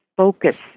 Focus